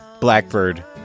Blackbird